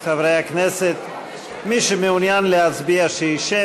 חברי הכנסת, מי שמעוניין להצביע שישב.